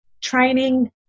training